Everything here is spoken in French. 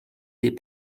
des